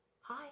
hi